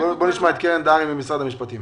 קרן דהרי ממשרד המשפטים,